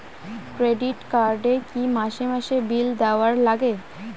Credit card এ কি মাসে মাসে বিল দেওয়ার লাগে?